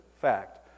fact